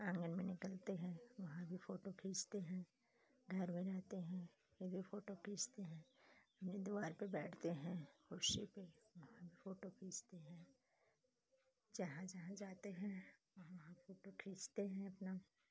आँगन में निकलते हैं वहाँ भी फ़ोटो खींचते हैं घर में रहते हैं फिर भी फ़ोटो खींचते हैं हमरे दुआरे पर बैठते हैं कुर्सी पर वहाँ भी फ़ोटो खींचते हैं जहाँ जहाँ जाते हैं वहाँ वहाँ फ़ोटो खींचते हैं अपना